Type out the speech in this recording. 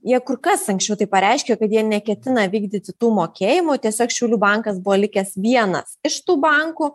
jie kur kas anksčiau tai pareiškė kad jie neketina vykdyti tų mokėjimų tiesiog šiaulių bankas buvo likęs vienas iš tų bankų